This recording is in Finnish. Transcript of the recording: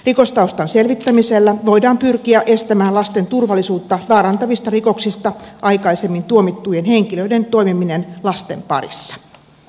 rikostaustan selvittämisellä voidaan pyrkiä estämään lasten turvallisuutta vaarantavista rikoksista aikaisemmin tuomittujen henkilöiden toimiminen lasten parissa